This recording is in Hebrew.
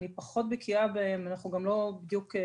אני פחות בקיאה בהם ואנחנו גם לא בדיוק,